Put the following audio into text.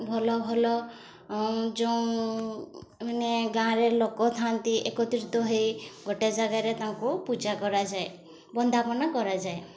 ଭଲ ଭଲ ଯେଉଁ ମାନେ ଗାଁ'ରେ ଲୋକ ଥାଆନ୍ତି ଏକତ୍ରିତ ହେଇ ଗୋଟେ ଜାଗାରେ ତାଙ୍କୁ ପୂଜା କରାଯାଏ ବନ୍ଦାପନା କରାଯାଏ